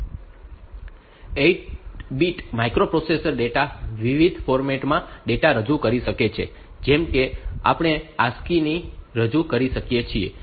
8 bit માઇક્રોપ્રોસેસરમાં data વિવિધ format માં ડેટા રજુ કરી શકે છે જેમ કે આપણે ASCII ને રજૂ કરી શકીએ છીએ